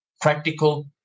practical